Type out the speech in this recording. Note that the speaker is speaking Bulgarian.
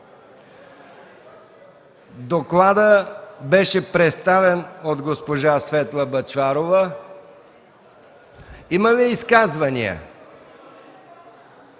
Докладът беше представен от госпожа Светла Бъчварова. Има ли изказвания?